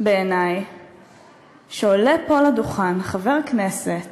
בעיני שעולה פה לדוכן חבר כנסת